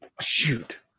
Shoot